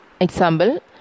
Example